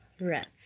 rats